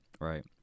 right